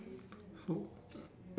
so